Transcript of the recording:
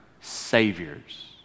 saviors